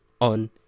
On